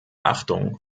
achtung